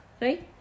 right